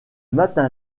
matin